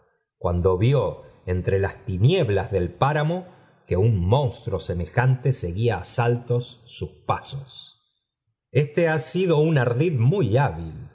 cuando vió entre las tinieblas del páramo que un monstruo semejante seguía á saltos sus pasos este ha isido un ardid muy hábil